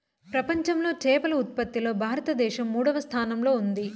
ప్రపంచంలో చేపల ఉత్పత్తిలో భారతదేశం మూడవ స్థానంలో ఉంది